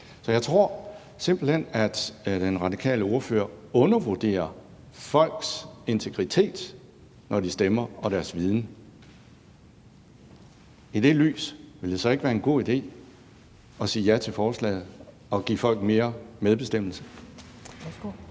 Så jeg tror simpelt hen, at den radikale ordfører undervurderer folks integritet og deres viden, når de stemmer. Ville det i det lys så ikke være en god idé at sige ja til forslaget og give folk mere medbestemmelse?